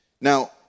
Now